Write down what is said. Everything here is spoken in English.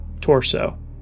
torso